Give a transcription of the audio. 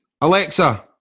Alexa